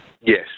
Yes